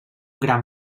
gran